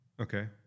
Okay